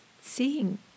seeing